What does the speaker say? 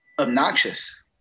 obnoxious